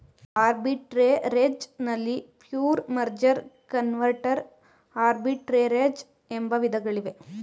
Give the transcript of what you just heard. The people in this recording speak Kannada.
ಆರ್ಬಿಟ್ರೆರೇಜ್ ನಲ್ಲಿ ಪ್ಯೂರ್, ಮರ್ಜರ್, ಕನ್ವರ್ಟರ್ ಆರ್ಬಿಟ್ರೆರೇಜ್ ಎಂಬ ವಿಧಗಳಿವೆ